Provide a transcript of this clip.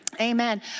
Amen